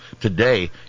Today